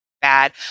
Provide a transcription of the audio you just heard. bad